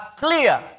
clear